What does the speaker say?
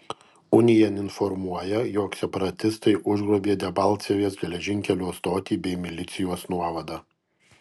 unian informuoja jog separatistai užgrobė debalcevės geležinkelio stotį bei milicijos nuovadą